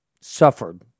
suffered